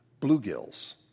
bluegills